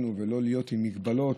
ולא להיות עם מגבלות.